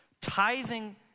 Tithing